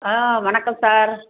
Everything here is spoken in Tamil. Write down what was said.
ஆ வணக்கம் சார்